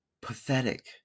Pathetic